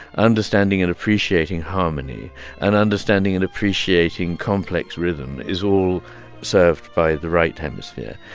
understanding and appreciating harmony and understanding and appreciating complex rhythm is all served by the right hemisphere.